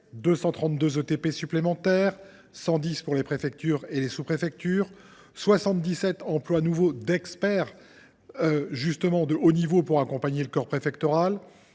232 ETP supplémentaires, dont 110 pour les préfectures et les sous préfectures, 77 emplois nouveaux d’experts de haut niveau pour accompagner le corps préfectoral,